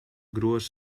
grues